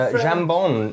jambon